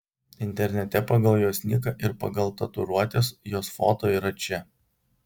internete pagal jos niką ir pagal tatuiruotes jos foto yra čia